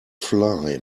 fly